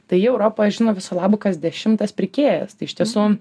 tai jį europoj žino viso labo kas dešimtas pirkėjas tai iš tiesų